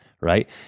right